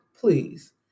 please